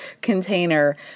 container